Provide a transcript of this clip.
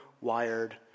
wired